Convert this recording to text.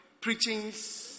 preachings